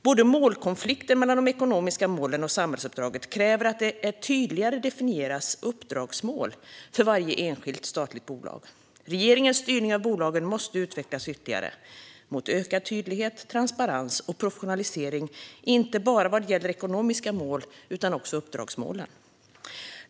Både målkonflikten mellan de ekonomiska målen och samhällsuppdraget kräver att det tydligare definieras uppdragsmål för varje enskilt statligt bolag. Regeringens styrning av bolagen måste utvecklas ytterligare mot ökad tydlighet, transparens och professionalisering, inte bara vad gäller de ekonomiska målen utan också uppdragsmålen.